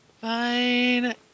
Fine